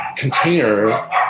container